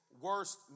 worst